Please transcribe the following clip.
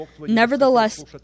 Nevertheless